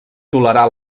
tolerar